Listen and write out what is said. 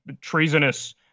treasonous